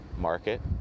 market